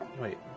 Wait